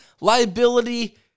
liability